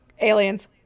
Aliens